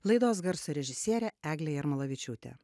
laidos garso režisierė eglė jarmalavičiūtė